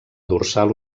dorsal